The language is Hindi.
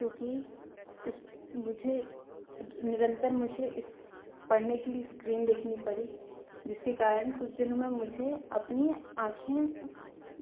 क्योंकि इस मुझे निरंतर मुझे इस पढ़ने के लिए इस्क्रीन देखनी पड़ी जिसके कारण कुछ दिनों में मुझे अपनी आंखें